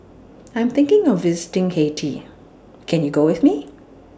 I Am thinking of visiting Haiti Can YOU Go with Me